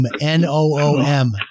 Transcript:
N-O-O-M